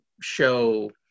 show